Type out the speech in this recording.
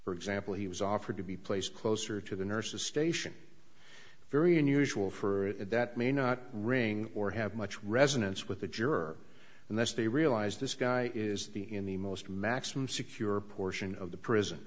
for example he was offered to be placed closer to the nurses station very unusual for it that may not ring or have much resonance with the juror and that's they realized this guy is the in the most maximum secure portion of the prison